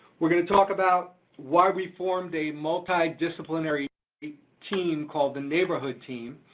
we're gonna talk about why we formed a multidisciplinary team called the neighborhood team,